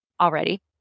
already